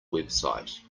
website